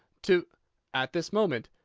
to at this moment,